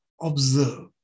Observe